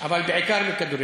ובעיקר בכדורגל.